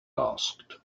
asked